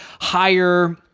higher